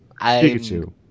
Pikachu